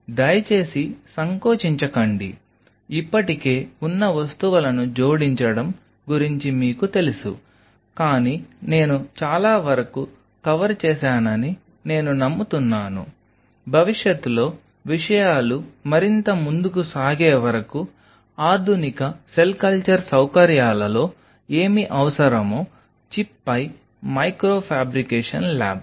కాబట్టి దయచేసి సంకోచించకండి ఇప్పటికే ఉన్న వస్తువులను జోడించడం గురించి మీకు తెలుసు కానీ నేను చాలా వరకు కవర్ చేశానని నేను నమ్ముతున్నాను భవిష్యత్తులో విషయాలు మరింత ముందుకు సాగే వరకు ఆధునిక సెల్ కల్చర్ సౌకర్యాలలో ఏమి అవసరమో చిప్పై మైక్రో ఫ్యాబ్రికేషన్ ల్యాబ్